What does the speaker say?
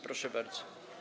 Proszę bardzo.